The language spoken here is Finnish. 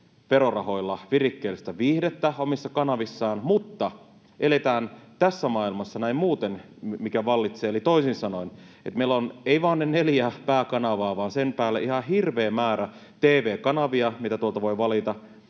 verorahoilla virikkeellistä viihdettä omissa kanavissaan, mutta eletään näin muuten tässä maailmassa, mikä vallitsee, eli toisin sanoen meillä ei ole vain ne neljä pääkanavaa vaan sen päälle ihan hirveä määrä tv-kanavia, mitä tuolta voi valita.